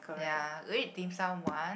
ya we ate dim-sum one